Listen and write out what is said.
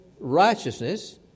Righteousness